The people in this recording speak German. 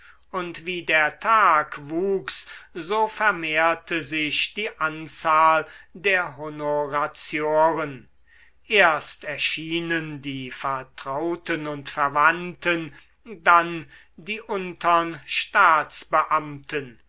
und wie der tag wuchs so vermehrte sich die anzahl der honoratioren erst erschienen die vertrauten und verwandten dann die untern staatsbeamten